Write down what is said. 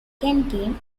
game